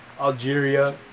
Algeria